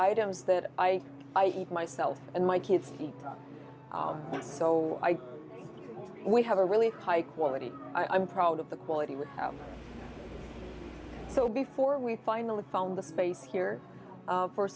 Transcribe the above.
items that i i eat myself and my kids eat so i we have a really high quality i'm proud of the quality wood so before we finally found the space here